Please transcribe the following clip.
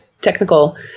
technical